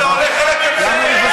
אתם רוצים להקפיא את החוק, אני גם רוצה.